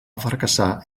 fracassar